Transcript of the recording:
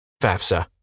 FAFSA